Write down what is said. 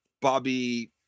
Bobby